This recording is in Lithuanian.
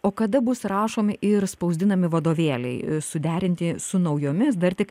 o kada bus rašomi ir spausdinami vadovėliai suderinti su naujomis dar tik